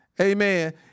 Amen